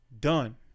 Done